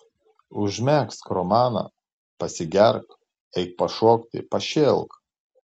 užmegzk romaną pasigerk eik pašokti pašėlk